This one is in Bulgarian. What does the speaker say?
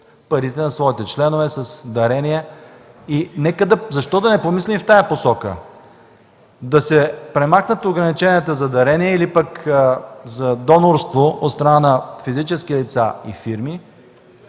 пари на своите членове, с дарения. Защо да не помислим в тази посока: да се премахнат ограниченията за дарение или за донорство от страна на физически лица и фирми